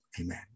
Amen